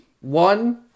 One